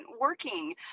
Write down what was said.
working